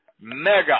mega